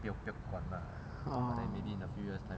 ah